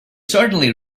certainly